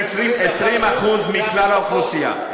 20% מכלל האוכלוסייה,